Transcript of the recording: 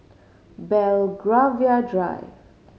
Belgravia Drive